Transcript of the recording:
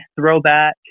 throwback